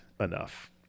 Enough